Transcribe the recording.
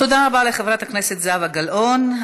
תודה רבה לחברת הכנסת זהבה גלאון.